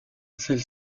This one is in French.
celle